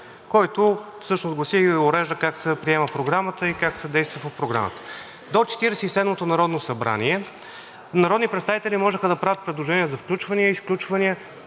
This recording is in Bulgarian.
който всъщност гласи и урежда как се приема програмата и как се действа по програмата. До Четиридесет и седмото народно събрание народни представители можеха да правят предложения за включвания и изключвания